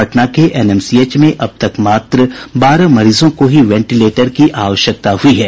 पटना के एनएमसीएच में अब तक मात्र बारह मरीजों को ही वेंटिलेटर की आवश्यकता हुयी है